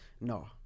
No